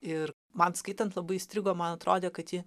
ir man skaitant labai įstrigo man atrodė kad ji